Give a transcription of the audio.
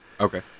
Okay